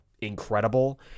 incredible